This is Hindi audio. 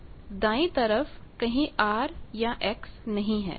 R 1 u2 v21 u2 v2 इस समीकरण में दाएं तरफ कहीं R या X नहीं है